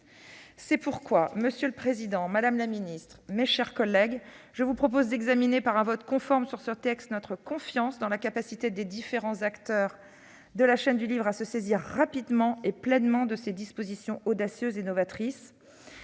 C'est pourquoi, mes chers collègues, je vous propose d'exprimer par un vote conforme sur ce texte notre confiance dans la capacité des différents acteurs de la chaîne du livre à se saisir rapidement et pleinement de ces dispositions audacieuses et novatrices.